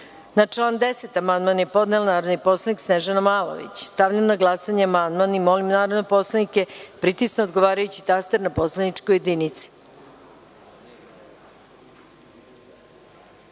član 10. amandman je podnela narodni poslanik Snežana Malović. Stavljam na glasanje amandman. Molim narodne poslanike da pritisnu odgovarajući taster na poslaničkoj